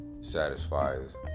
satisfies